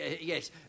yes